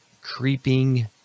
creeping